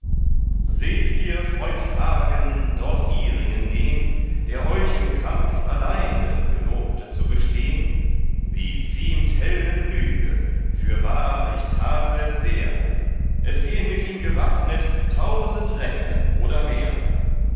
seht ihr freund hagen dort iringen gehn der euch im kampf alleine gelobte zu bestehn wie ziemt helden lüge fürwahr ich tadl es sehr es gehn mit ihm gewaffnet tausend recken oder mehr